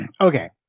okay